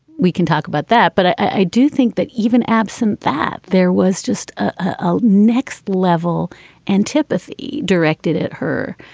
we can talk about that. but i do think that even absent that, there was just ah next level antipathy directed at her.